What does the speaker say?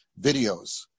videos